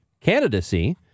candidacy